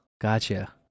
Gotcha